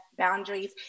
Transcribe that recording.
boundaries